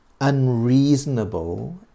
unreasonable